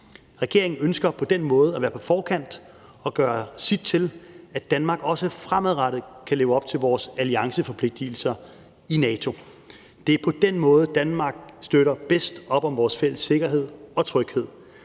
Regeringen ønsker på den måde at være på forkant og gøre sit til, at Danmark også fremadrettet kan leve op til vores allianceforpligtigelser i NATO. Det er på den måde, Danmark støtter bedst op om vores fælles sikkerhed og tryghed,